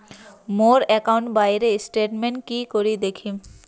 মোর account বইয়ের statement কি করি দেখিম?